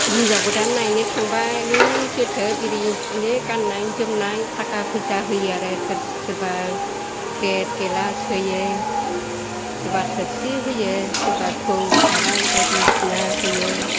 हिनजाव गोदान नायनो थांबा ओरै जोथोब बिदि बिदिनो गाननाय जोमनाय थाखा फैसा होयो आरो थोरसि सोरबा प्लेट गिलास होयो सोरबा थोरसि होयो सोरबा थौ साराय बायदिसिना होयो